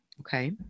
Okay